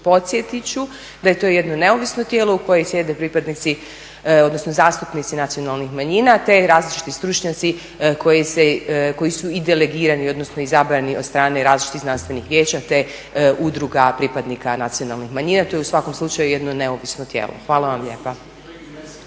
podsjetit ću da je to jedno neovisno tijelo u kojem sjede pripadnici, odnosno zastupnici nacionalnih manjina te različiti stručnjaci koji su i delegirani, odnosno izabrani od strane različitih znanstvenih vijeća te udruga pripadnika nacionalnih manjina. To je u svakom slučaju neovisno tijelo. Hvala vam lijepa.